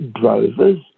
drovers